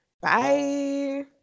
Bye